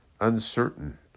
uncertain